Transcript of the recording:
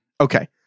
Okay